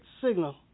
signal